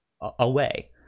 away